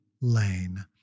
lane